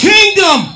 Kingdom